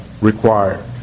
Required